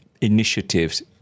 initiatives